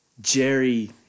Jerry